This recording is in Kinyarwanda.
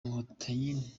inkotanyi